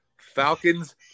Falcons